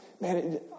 man